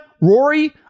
Rory